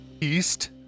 East